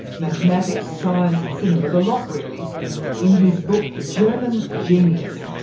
mathematics, science, the cinema the lot, really in his book, german genius.